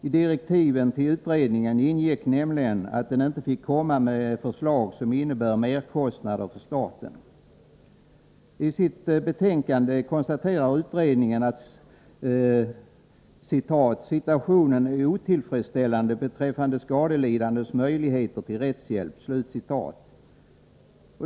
I direktiven till utredningen ingick nämligen att den inte fick komma med förslag som innebar merkostnader för staten. Isitt betänkande konstaterar utredningen att ”situationen är otillfredsställande beträffande skadelidandes möjligheter till rättshjälp”.